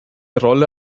rolle